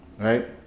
right